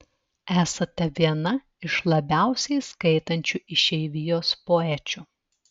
esate viena iš labiausiai skaitančių išeivijos poečių